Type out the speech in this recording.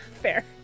Fair